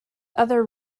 other